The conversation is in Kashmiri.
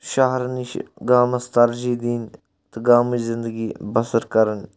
شَہرٕ نِش گامَس ترجیٖح دِنۍ تہٕ گامٕچ زِنٛدگی بَصر کَرٕنۍ